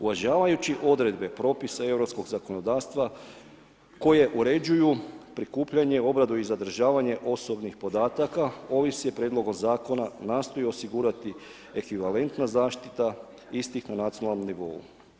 Uvažavajući odredbe propisa europskog zakonodavstva koje uređuju prikupljanje, obrada i zadržavanje osobnih podataka, ovim se Prijedlogom zakona nastoji osigurati ekvivalentna zaštita istih na nacionalnom nivou.